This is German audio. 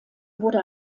wurde